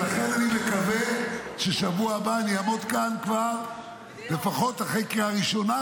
ולכן אני מקווה שבשבוע הבא כבר אעמוד כאן לפחות אחרי קריאה ראשונה,